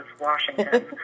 Washington